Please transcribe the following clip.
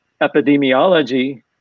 epidemiology